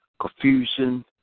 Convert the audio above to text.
confusion